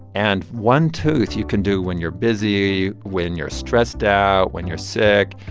and one tooth you can do when you're busy, when you're stressed out, when you're sick.